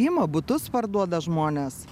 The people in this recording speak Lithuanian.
ima butus parduoda žmones